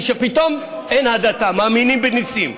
פתאום אין הדתה, מאמינים בניסים,